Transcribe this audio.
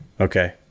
Okay